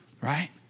right